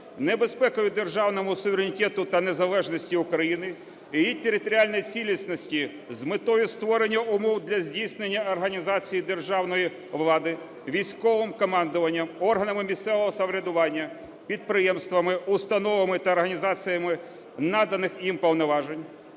небезпекою державному суверенітету та незалежності України, її територіальній цілісності, з метою створення умов для здійснення організації державної влади, військовим командуванням, органами місцевого самоврядування, підприємствами, установами та організаціями наданих їм повноважень,